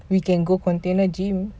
we can go container gym